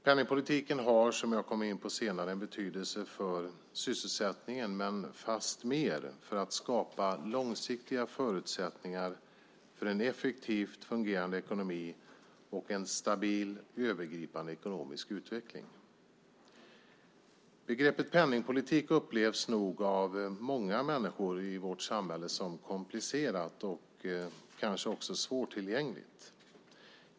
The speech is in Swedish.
Penningpolitiken har, som jag kommer in på senare, en betydelse för sysselsättningen men fastmer för att skapa långsiktiga förutsättningar för en effektivt fungerande ekonomi och en stabil övergripande ekonomisk utveckling. Begreppet penningpolitik upplevs nog av många människor i vårt samhälle som komplicerat och kanske också svårtillängligt.